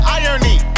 irony